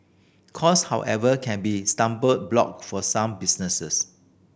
cost however can be stumbling block for some businesses